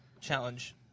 challenge